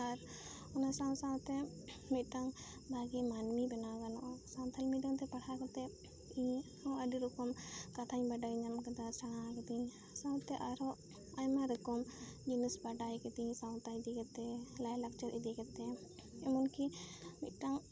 ᱟᱨ ᱚᱱᱟ ᱥᱟᱶ ᱥᱟᱶᱛᱮ ᱢᱤᱫᱴᱟᱝ ᱵᱷᱟᱜᱮ ᱢᱟᱹᱱᱢᱤ ᱵᱮᱱᱟᱣ ᱜᱟᱱᱚᱜᱼᱟ ᱥᱟᱱᱛᱟᱲᱤ ᱢᱤᱰᱤᱭᱟᱢ ᱛᱮ ᱯᱟᱲᱦᱟᱣ ᱠᱟᱛᱮ ᱜᱮ ᱤᱧ ᱦᱚᱸ ᱟᱹᱰᱤ ᱨᱚᱠᱚᱢ ᱠᱟᱛᱟᱧ ᱵᱟᱰᱟᱭ ᱧᱟᱢ ᱟᱠᱟᱫᱟ ᱥᱮᱬᱟ ᱠᱟᱫᱤᱧ ᱥᱟᱶᱛᱮ ᱟᱹᱰᱤ ᱟᱭᱢᱟ ᱨᱚᱠᱚᱢ ᱡᱤᱱᱤᱥ ᱵᱟᱰᱟᱭ ᱠᱤᱫᱤᱧ ᱥᱟᱶᱛᱟ ᱤᱫᱤ ᱠᱟᱛᱮ ᱞᱟᱭ ᱞᱟᱠᱪᱟᱨ ᱤᱫᱤ ᱠᱟᱛᱮ ᱮᱢᱚᱱ ᱠᱤ ᱢᱤᱫᱴᱟᱝ